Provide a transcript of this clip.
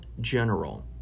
general